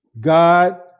God